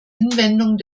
hinwendung